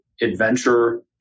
adventure